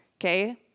okay